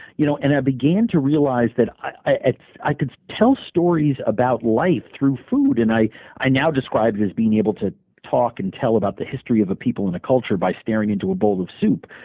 you know and i began to realize i i could tell stories about life through food. and i i now describe it as being able to talk and tell about the history of a people and a culture by staring into a bowl of soup.